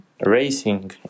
racing